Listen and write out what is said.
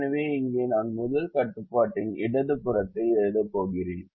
எனவே இங்கே நான் முதல் கட்டுப்பாட்டின் இடது புறத்தை எழுதப் போகிறேன்